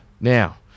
Now